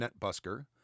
NetBusker